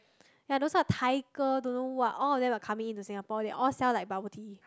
ya those Tai-ge don't know what all of them are coming in to Singapore they all sell like bubble tea